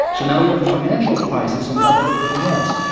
so now you have a financial crisis on top of everything else.